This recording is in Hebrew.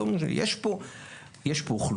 יש פה אוכלוסייה,